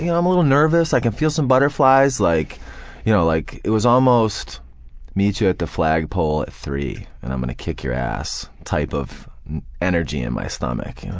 yeah i'm a little nervous, i can feel some butterflies, like you know like it was almost meet you at the flagpole at three zero and i'm gonna kick your ass type of energy in my stomach,